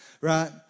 right